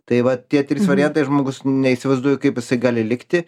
tai va tie trys variantai žmogus neįsivaizduoju kaip jisai gali likti